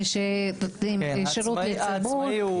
אלה שנותנים שירות לציבור,